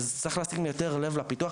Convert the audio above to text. אז צריך לשים לב יותר לפיתוח.